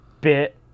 bit